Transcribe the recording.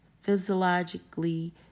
physiologically